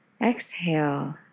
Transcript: Exhale